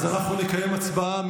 אז אנחנו נקיים הצבעה.